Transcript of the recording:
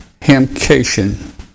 Hamcation